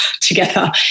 together